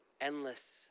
endless